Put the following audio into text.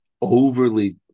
overly